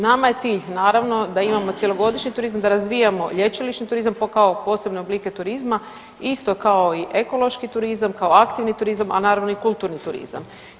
Nama je cilj naravno da imamo cjelogodišnji turizam, da razvijamo lječilišni turizam kao posebne oblike turizma isto kao i ekološki turizam, kao aktivni turizam, a naravno i kulturni turizam.